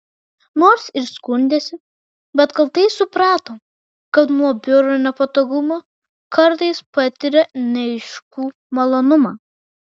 nors ir skundėsi bet kaltai suprato kad nuo biuro nepatogumų kartais patiria neaiškų malonumą